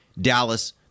Dallas